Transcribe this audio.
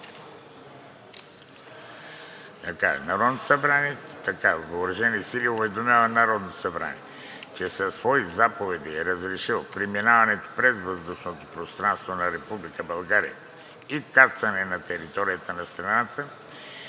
съюзнически и на чужди въоръжени сили уведомява Народното събрание, че със свои заповеди е разрешил преминаването през въздушното пространство на Република България и кацане на територията на страната